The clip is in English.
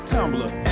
Tumblr